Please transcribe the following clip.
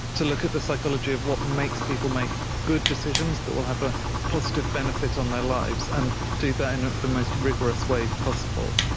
to look at the psychology of what makes people make good decisions that will have a positive benefit on their lives and do that in the most rigorous way possible.